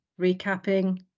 recapping